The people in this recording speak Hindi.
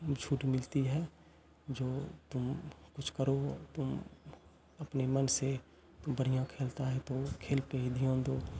छूट मिलती है जो तुम कुछ करो तुम अपने मन से बढ़िया खेलता है तो वो खेल पे ही ध्यान दो